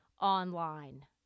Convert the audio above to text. online